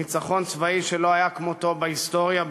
ניצחון צבאי שלא היה כמותו בהיסטוריה,